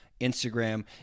Instagram